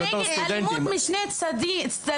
אנחנו נגד אלימות משני צדדים.